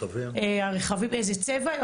איזה צבע.